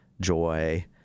joy